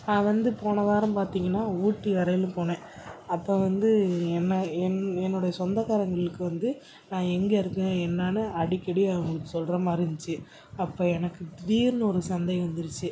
நான் வந்து போன வாரம் பார்த்தீங்கன்னா ஊட்டி வரையில் போனேன் அப்போ வந்து என்னை என் என்னுடைய சொந்தக்காரங்களுக்கு வந்து நான் எங்கே இருக்கேன் என்னென்னு அடிக்கடி அவங்களுக்கு சொல்கிற மாதிரி இருந்துச்சு அப்போ எனக்கு திடீர்னு ஒரு சந்தேகம் வந்துடுச்சி